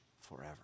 forever